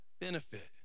benefit